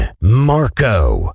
Marco